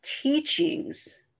teachings